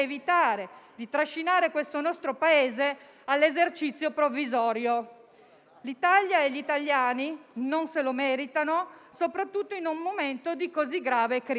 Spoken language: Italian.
di trascinare il nostro Paese all'esercizio provvisorio. L'Italia e gli italiani non se lo meritano, soprattutto in un momento di così grave crisi.